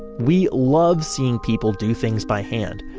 we love seeing people do things by hand.